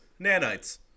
Nanites